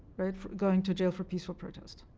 right, going to jail for peaceful protests.